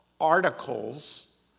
articles